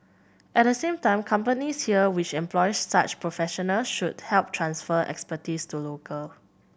at the same time companies here which employ such professional should help transfer expertise to local